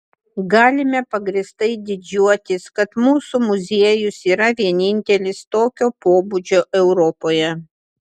galime pagrįstai didžiuotis kad mūsų muziejus yra vienintelis tokio pobūdžio europoje